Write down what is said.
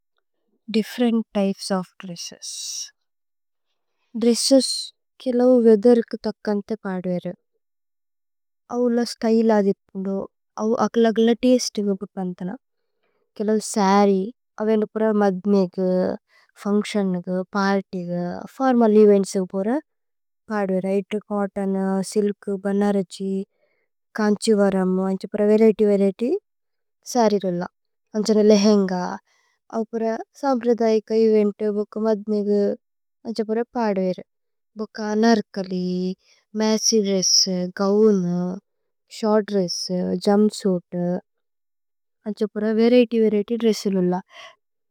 Different types of dresses dresses കിലൌ weather. കേ തക്കന് ഥേ പദ്വേരു ഔ ല സ്ത്യ്ലേ ആദിപ്ന്ദു ഔ അകല് അഗല് ല തസ്തേ ഗിബു പന്ഥന കിലൌ സരീ അവേനു പ്രഏ। മധ്മേഗു ഫുന്ക്സിഓനഗു പര്ത്യ്ഗു ഫോര്മല് ഏവേന്ത്സഗു പോര। പദ്വേരു ഇതു ചോത്തോനു, സില്കു, ബനരുഛി, കന്ഛി വരമു। അന്ഛ പ്രഏ വരിഏത്യ് വരിഏത്യ് സരീരുല്ല അന്ഛ ലേഹേന്ഗ। അവപുര സമ്ഭ്രദൈക ഏവേന്തു ബുക മധ്മേഗു അന്ഛ പ്രഏ। പദ്വേരു ഭുക അനര്കലി, മേസ്സ്യ് dress, gown, short. Dress jumpsuit അന്ഛ പ്രഏ വരിഏത്യ് വരിഏത്യ് ദ്രേസ്സേരുല്ല।